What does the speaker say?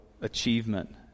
achievement